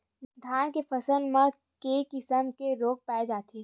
धान के फसल म के किसम के रोग पाय जाथे?